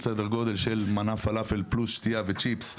סדר גודל של מנה פלאפל פלוס שתיה וצ'יפס,